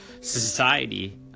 society